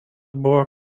buvo